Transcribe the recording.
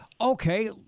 Okay